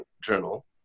journal